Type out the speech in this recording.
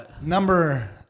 number